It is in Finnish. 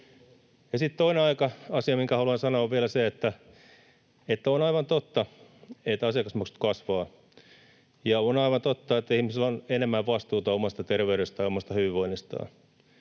toinen asia, minkä haluan sanoa, on vielä se, että on aivan totta, että asiakasmaksut kasvavat, ja on aivan totta, että ihmisillä on enemmän vastuuta omasta terveydestään ja omasta hyvinvoinnistaan,